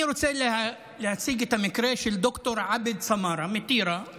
אני רוצה להציג את המקרה של ד"ר עבד סמארה מטירה,